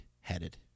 headed